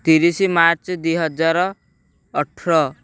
ତିରିଶି ମାର୍ଚ୍ଚ ଦୁଇ ହଜାର ଅଠର